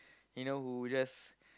you know who just